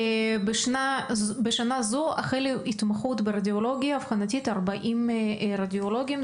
בשנה זו החלו התמחות ברדיולוגיה אבחנתית 40 רדיולוגים.